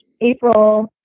April